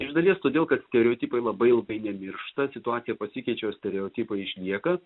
iš dalies todėl kad stereotipai labai ilgai nemiršta situacija pasikeičia o stereotipai išlieka